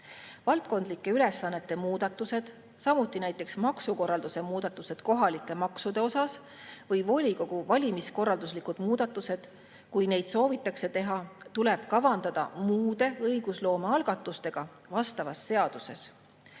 Valdkondlike ülesannete muudatused, samuti näiteks maksukorralduse muudatused kohalike maksude osas või volikogu valimiskorralduslikud muudatused, kui neid soovitakse teha, tuleb kavandada muude õigusloome algatustega vastavas seaduses.